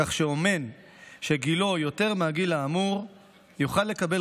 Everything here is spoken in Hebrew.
כך שאומן שגילו יותר מהגיל האמור יוכל לקבל